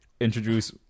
introduce